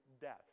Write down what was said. death